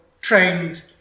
trained